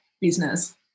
business